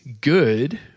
good